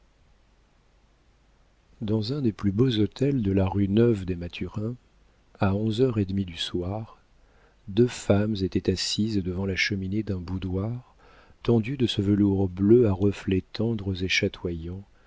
dans un des plus beaux hôtels de la rue neuve des mathurins à onze heures et demie du soir deux femmes étaient assises devant la cheminée d'un boudoir tendu de ce velours bleu à reflets tendres et chatoyants